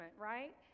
right